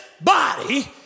body